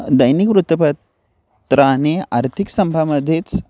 दैनिक वृत्तपत्राने आर्थिक स्तंभमध्येच